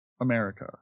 America